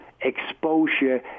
exposure